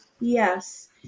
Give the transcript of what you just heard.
Yes